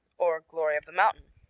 or glory of the mountains